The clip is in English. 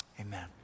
amen